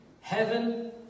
Heaven